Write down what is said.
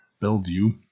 Bellevue